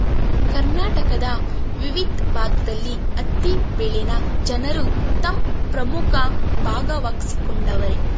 ಕರ್ನಾಟಕದ ವಿವಿದ್ ಭಾಗ್ದಲ್ಲಿ ಹತ್ತಿ ಬೆಳೆನ ಜನರು ತಮ್ ಪ್ರಮುಖ ಭಾಗವಾಗ್ಸಿಕೊಂಡವರೆ